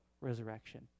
resurrection